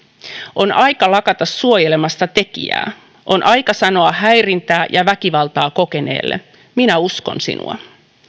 on aika lakata suojelemasta tekijää on aika sanoa häirintää ja väkivaltaa kokeneelle minä uskon sinua